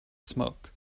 smoke